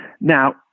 Now